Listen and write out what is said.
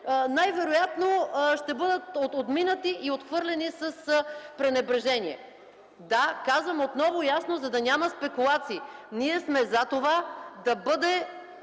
най-вероятно ще бъдат отминати и отхвърлени с пренебрежение. (Шум и реплики.) Да, казвам отново ясно, за да няма спекулации, ние сме за това да бъде